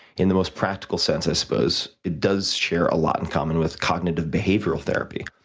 in the most practical sense, i suppose, it does share a lot in common with cognitive behavioral therapy.